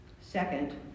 Second